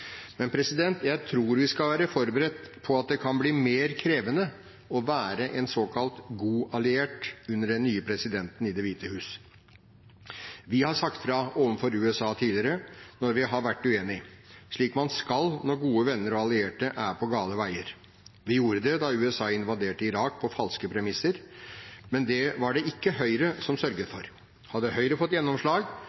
Men jeg tror vi skal være forberedt på at det kan bli mer krevende å være en såkalt god alliert under den nye presidenten i Det hvite hus. Vi har sagt fra overfor USA tidligere når vi har vært uenige, slik man skal når gode venner og allierte er på gale veier. Vi gjorde det da USA invaderte Irak på falske premisser, men det var det ikke Høyre som sørget